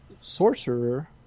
sorcerer